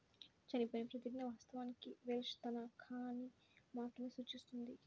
చనిపోయిన ప్రతిజ్ఞ, వాస్తవానికి వెల్ష్ తనఖాని మాత్రమే సూచిస్తుంది